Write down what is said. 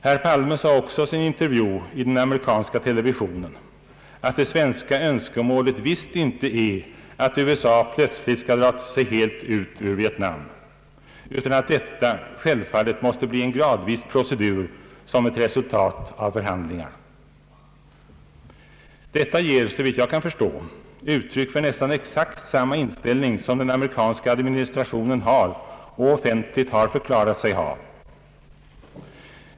Herr Palme sade också i sin intervju i den amerikanska televisionen att det svenska önskemålet visst inte är att USA plötsligt skall dra sig helt ut ur Vietnam, utan att detta självfallet måste bli en gradvis procedur som ett resultat av förhandlingar. Detta ger såvitt jag kan förstå uttryck för nästan exakt samma inställning som den amerikanska administrationen har och offentligt har förklarat sig ha.